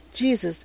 Jesus